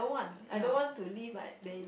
ya